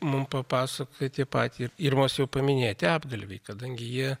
mum papasakojo tie patį irmos jau paminėti apgalviai kadangi jie